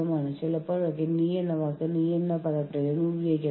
അതിനാൽ ഇതുപോലൊന്ന് നിലവിലുണ്ടെന്ന് നിങ്ങൾക്കറിയാൻ സാധിക്കും